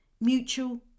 mutual